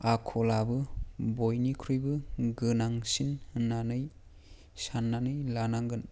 आखलाबो बयनिख्रुइबो गोनांसिन होननानै साननानै लानांगोन